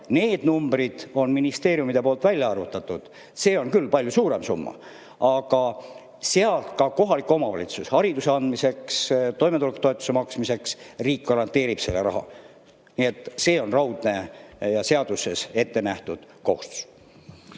Need numbrid on ministeeriumidel välja arvutatud. See on küll palju suurem summa, aga kohalikule omavalitsusele hariduse andmiseks ja toimetulekutoetuse maksmiseks riik selle raha garanteerib. See on raudne ja seaduses ettenähtud kohustus.